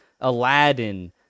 Aladdin